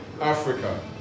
africa